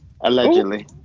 Allegedly